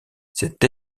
cette